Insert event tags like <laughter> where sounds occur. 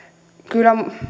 kyllä <unintelligible> <unintelligible> on